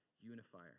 unifier